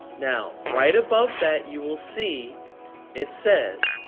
now, right above that you will see it says,